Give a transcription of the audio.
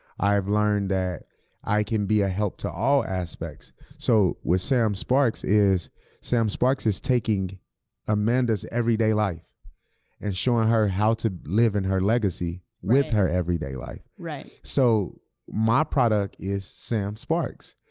i've learned that i can be a help to all aspects. so with sam sparks is sam sparks is taking amanda's everyday life and showing her how to live in her legacy with her everyday life. right, right. so my product is sam sparks,